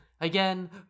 again